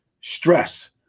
stress